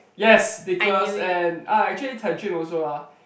yes because and ah actually Tai-Jun also ah